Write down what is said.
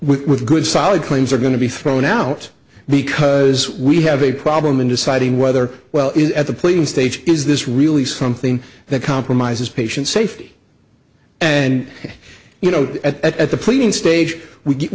with good solid claims are going to be thrown out because we have a problem in deciding whether well at the plane stage is this really something that compromises patient safety and you know at the pleading stage